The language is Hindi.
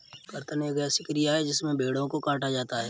कर्तन एक ऐसी क्रिया है जिसमें भेड़ों को काटा जाता है